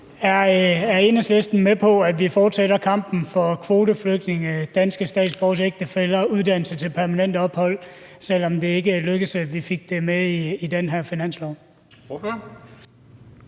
Er Enhedslisten med på, at vi fortsætter kampen for kvoteflygtninge, danske statsborgeres ægtefæller og uddannelse til folk med permanent ophold, selv om det ikke lykkedes os at få det med i den her finanslov?